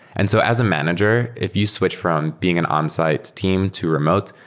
and so as a manager, if you switch from being an onsite team to remote,